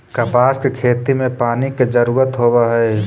कपास के खेती में पानी के जरूरत होवऽ हई